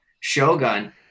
Shogun